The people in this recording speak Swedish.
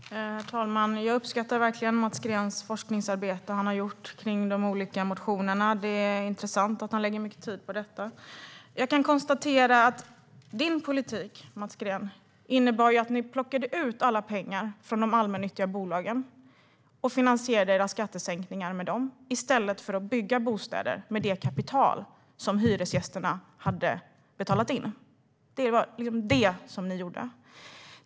Herr talman! Jag uppskattar det forskningsarbete Mats Green har gjort vad gäller de olika motionerna. Det är intressant att han lägger mycket tid på detta. Din politik, Mats Green, innebar att ni plockade ut alla pengar från de allmännyttiga bolagen och finansierade era skattesänkningar med dem i stället för att bygga bostäder med det kapital som hyresgästerna hade betalat in.